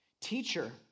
Teacher